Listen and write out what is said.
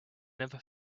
never